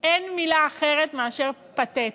אין מילה אחרת מאשר "פתטית",